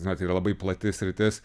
na tai labai plati sritis